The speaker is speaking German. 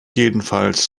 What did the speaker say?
jedenfalls